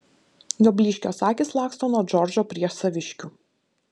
jo blyškios akys laksto nuo džordžo prie saviškių